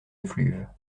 effluves